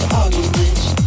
arguments